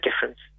difference